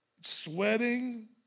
sweating